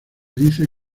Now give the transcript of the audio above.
dice